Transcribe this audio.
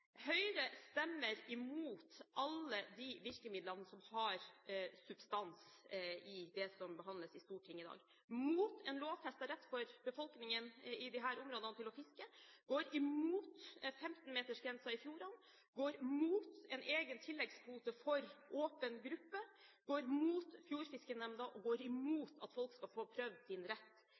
Høyre stemmer imot alle de virkemidlene som har substans, i det som behandles i Stortinget i dag. De går imot en lovfestet rett for befolkningen i disse områdene til å fiske. De går imot 15 meters grense i fjordene. De går imot en egen tilleggskvote for åpen gruppe. De går imot fjordfiskenemnda. Og de går imot at folk skal få prøvd sin rett